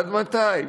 עד מתי?